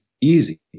easy